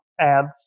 ads